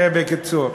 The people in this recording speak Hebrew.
ובקיצור.